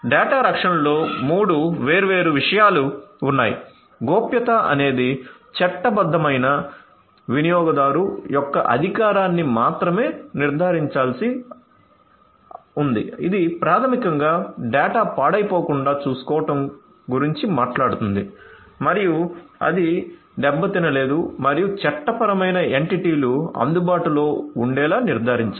data రక్షణలో మూడు వేర్వేరు విషయాలు ఉన్నాయి గోప్యత అనేది చట్టబద్ధమైన వినియోగదారు యొక్క అధికారాన్ని మాత్రమే నిర్ధారించాల్సిన అవసరం ఉంది ఇది ప్రాథమికంగా డేటా పాడైపోకుండా చూసుకోవడం గురించి మాట్లాడుతుంది మరియు అది దెబ్బతినలేదు మరియు చట్టపరమైన ఎంటిటీలు అందుబాటులో ఉండేలా నిర్ధారించాలి